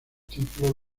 título